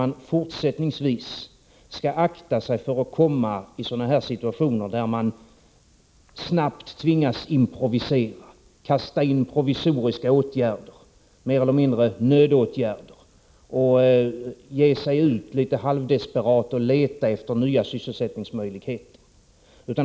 Man skall fortsättningsvis akta sig för att hamna i en situation av det här slaget, där man snabbt tvingas improvisera, där man tvingas att snabbt gå in med provisoriska åtgärder — åtgärder som mer eller mindre är att beteckna som nödåtgärder. Vidare skall man akta sig för att nästan desperat ge sig ut för att leta efter nya sysselsättningsmöjligheter.